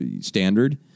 standard